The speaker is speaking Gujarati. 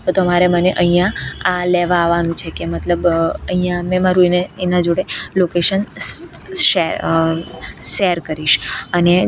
તો તમારે મને અહીંયાં આ લેવા આવવાનું છે કે મતલબ અહીંયાં મેં મારું એને એના જોડે લોકેશન સ શેર શેર કરીશ અને